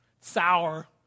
Sour